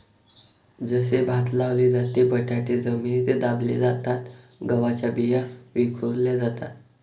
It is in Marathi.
जसे भात लावले जाते, बटाटे जमिनीत दाबले जातात, गव्हाच्या बिया विखुरल्या जातात